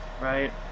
Right